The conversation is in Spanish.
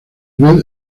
vez